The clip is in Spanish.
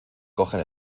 cogen